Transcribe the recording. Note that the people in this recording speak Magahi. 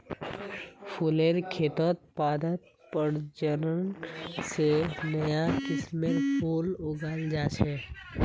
फुलेर खेतत पादप प्रजनन स नया किस्मेर फूल उगाल जा छेक